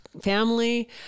family